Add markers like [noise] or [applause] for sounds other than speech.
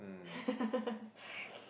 [laughs]